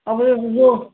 अब एक जो